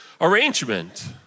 arrangement